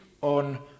on